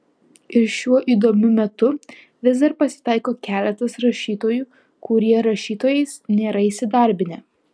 ir šiuo įdomiu metu vis dar pasitaiko keletas rašytojų kurie rašytojais nėra įsidarbinę